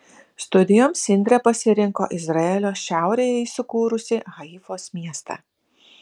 studijoms indrė pasirinko izraelio šiaurėje įsikūrusį haifos miestą